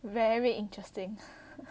very interesting